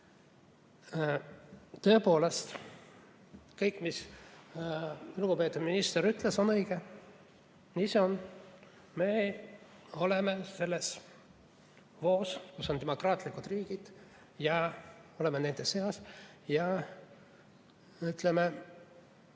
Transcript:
Tõepoolest, kõik, mida lugupeetud minister ütles, on õige. Nii see on: me oleme selles voos, kus on demokraatlikud riigid, me oleme nende seas ja ei